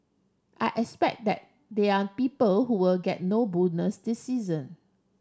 I expect that they are people who will get no bonus this season